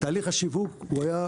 תהליך השיווק הוא היה,